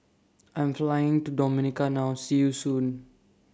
I Am Flying to Dominica now See YOU Soon